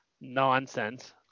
Nonsense